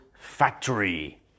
Factory